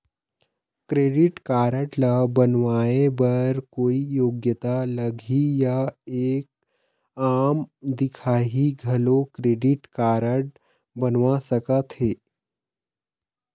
Credit card ला बनवाए बर कोई योग्यता लगही या एक आम दिखाही घलो क्रेडिट कारड बनवा सका थे?